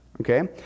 okay